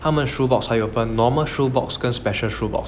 他们的 shoebox 还有分 normal shoebox 跟 special shoebox